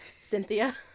Cynthia